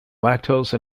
lactose